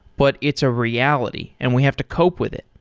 but it's a reality, and we have to cope with it.